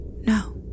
No